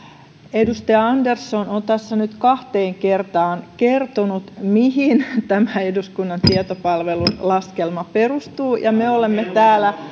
edustaja andersson on tässä nyt kahteen kertaan kertonut mihin tämä eduskunnan tietopalvelun laskelma perustuu ja me olemme täällä